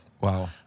Wow